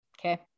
Okay